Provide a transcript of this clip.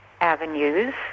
avenues